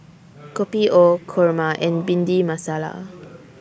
Kopi O Kurma and Bhindi Masala